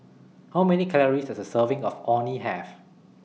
How Many Calories Does A Serving of Orh Nee Have